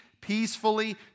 peacefully